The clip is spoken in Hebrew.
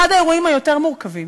אחד האירועים היותר-מורכבים.